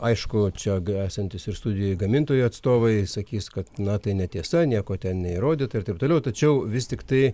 aišku čia esantys ir studijoje gamintojų atstovai sakys kad na tai netiesa nieko ten neįrodyta ir taip toliau tačiau vis tiktai